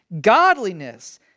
godliness